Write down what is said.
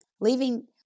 leaving